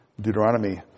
Deuteronomy